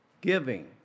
giving